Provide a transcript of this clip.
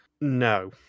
No